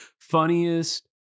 Funniest